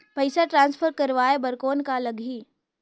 पइसा ट्रांसफर करवाय बर कौन का लगही?